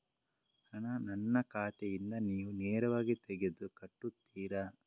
ಹಣ ನನ್ನ ಖಾತೆಯಿಂದ ನೀವು ನೇರವಾಗಿ ತೆಗೆದು ಕಟ್ಟುತ್ತೀರ?